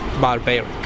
barbaric